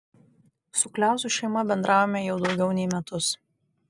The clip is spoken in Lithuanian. su kliauzų šeima bendraujame jau daugiau nei metus